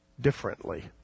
differently